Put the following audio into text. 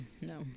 no